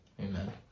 amen